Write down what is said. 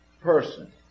person